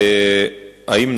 איפא"ק